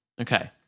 Okay